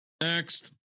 next